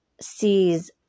sees